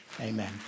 Amen